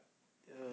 uh